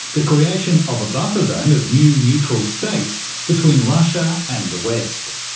the creation of a buffer zone of new neutral states between russia and the west.